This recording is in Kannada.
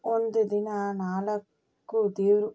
ಒಂದು ದಿನ ನಾಲ್ಕು ದೇವರು